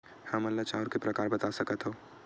हमन ला चांउर के प्रकार बता सकत हव?